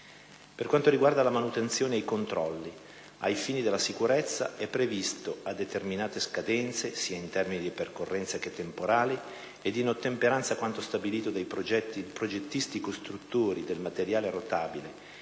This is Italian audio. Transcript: Per quanto riguarda la manutenzione e i controlli ai fini della sicurezza, è previsto, a determinate scadenze, sia in termini di percorrenze che temporali, ed in ottemperanza a quanto stabilito dai progettisti/costruttori del materiale rotabile